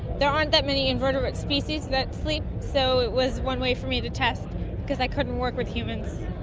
there aren't that many invertebrate species that sleep, so it was one way for me to test because i couldn't work with humans.